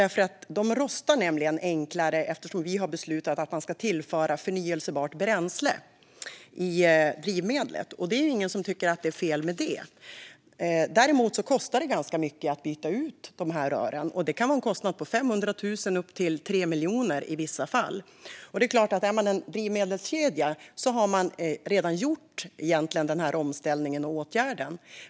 Rören rostar nämligen snabbare på grund av att vi har beslutat att man ska tillföra förnybart bränsle i drivmedlet. Det är ingen som tycker att det är fel att tillföra det. Däremot kostar det ganska mycket att byta ut rören. Det kan vara en kostnad på allt från 500 000 upp till i vissa fall 3 miljoner. Har man en drivmedelskedja har man redan gjort den här omställningen och åtgärden.